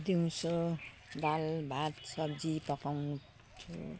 दिउँसो दाल भात सब्जी पकाउँछु